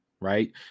right